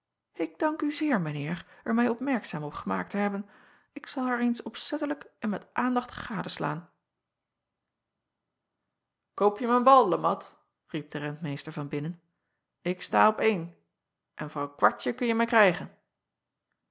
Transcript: k dank u zeer mijn eer er mij opmerkzaam op gemaakt te hebben ik zal haar eens opzettelijk en met aandacht gadeslaan oop je mijn bal e at riep de rentmeester van binnen ik sta op een voor een kwartje kan je mij krijgen